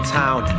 town